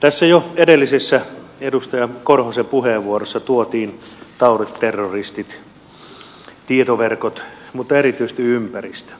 tässä jo edellisessä edustaja korhosen puheenvuorossa tuotiin taudit terroristit tietoverkot mutta erityisesti ympäristö